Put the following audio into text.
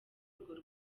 urwo